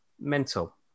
Mental